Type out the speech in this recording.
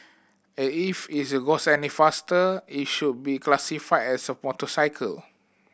as if is goes any faster it should be classified as a motorcycle